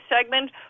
segment